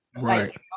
right